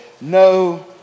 no